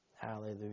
Hallelujah